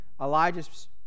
Elijah's